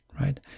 right